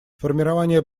формирование